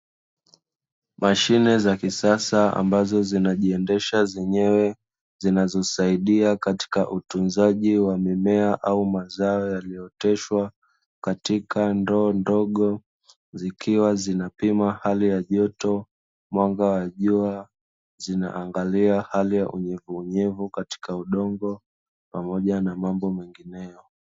Mashine za kisasa ambazo zinajiendesha zenyewe zinazosaidia katika utunzaji wa mimea au mazao yaliyooteshwa katika ndoo ndogo. Zikiwa zinapima hali ya joto, mwanga wa jua; zinaangalia hali ya unyevu unyevu katika udongo pamoja na mambo mengineyo.